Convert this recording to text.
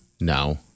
No